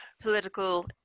political